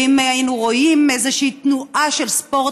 ואם היינו רואים איזושהי תנועה של ספורט,